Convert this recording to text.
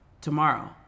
tomorrow